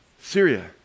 Syria